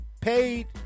paid